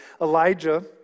Elijah